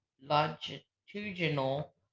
longitudinal